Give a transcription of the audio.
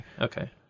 okay